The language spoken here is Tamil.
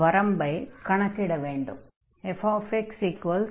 f xx 1x413